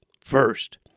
first